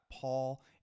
Paul